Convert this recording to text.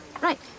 right